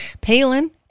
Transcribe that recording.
Palin